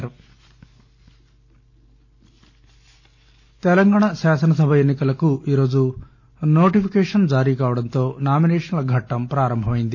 nominations Telangana శాసనసభ ఎన్నికలకు ఈరోజు నోటిఫికేషన్ జారీ కావడంతో నామినేషన్ల ఘట్లం ప్రారంభమయింది